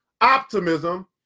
Optimism